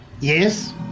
Yes